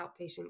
outpatient